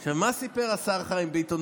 עכשיו, מה סיפר השר חיים ביטון?